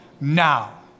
now